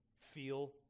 feel